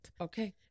Okay